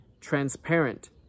transparent